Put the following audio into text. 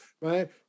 right